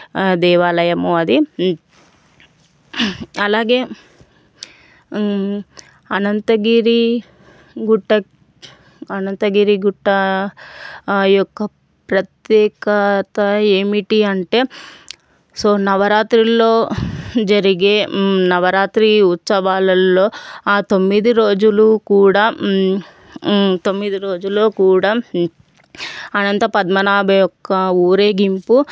దేవాలయము అది అలాగే అనంతగిరి గుట్ట అనంతగిరి గుట్ట ఆ యొక్క ప్రత్యేకత ఏమిటి అంటే సో నవరాత్రుల్లో జరిగే నవరాత్రి ఉత్సవాలలో ఆ తొమ్మిది రోజులు కూడా తొమ్మిది రోజుల్లో కూడా అనంత పద్మనాభ యొక్క ఊరేగింపు